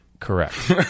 Correct